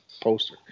poster